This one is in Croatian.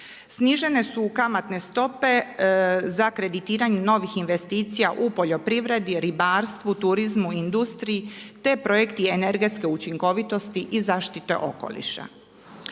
Snižene su kamatne stope za kreditiranje novih investicija u poljoprivredi, ribarstvu, turizmu, industriji te projekti energetske učinkovitosti i zaštite okoliša.